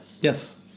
Yes